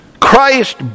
Christ